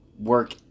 work